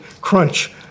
crunch